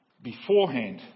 beforehand